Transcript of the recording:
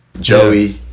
Joey